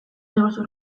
neurtu